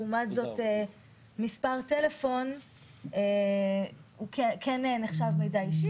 לעומת זאת מספר טלפון כן נחשב מידע אישי